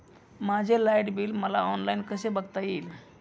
माझे light bill मला online कसे बघता येईल?